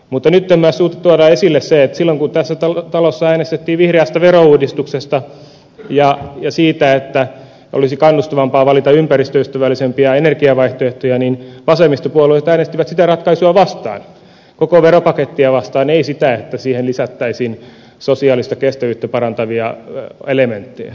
mutta nyt on syytä tuoda esille se että silloin kun tässä talossa äänestettiin vihreästä verouudistuksesta ja siitä että olisi kannustavampaa valita ympäristöystävällisempiä energiavaihtoehtoja niin vasemmistopuolueet äänestivät sitä ratkaisua vastaan koko veropakettia vastaan eivät sitä että siihen lisättäisiin sosiaalista kestävyyttä parantavia elementtejä